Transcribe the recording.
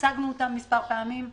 הצגנו אותם כמה פעמים.